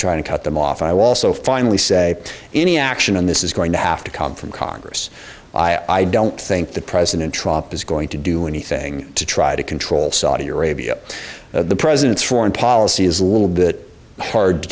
try to cut them off i also finally say any action on this is going to have to come from congress i don't think the president trop is going to do anything to try to control saudi arabia the president's foreign policy is a little bit hard to